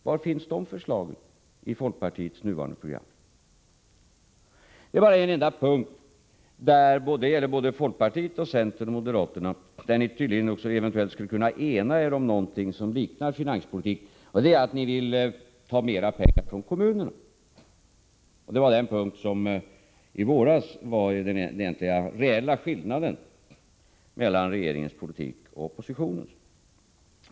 Var finns de förslagen i folkpartiets nuvarande program? Det är bara på en enda punkt som ni, folkpartiet, centern och moderaterna, eventuellt skulle kunna ena er om någonting som liknar finanspolitik, och det är att ni vill ta mera pengar från kommunerna. Det var den punkt som i våras utgjorde den egentliga skillnaden mellan regeringens politik och oppositionens.